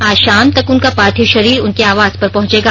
आज शाम तक उनका पार्थिव शरीर उनके आवास पर पहुंचेगा